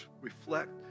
reflect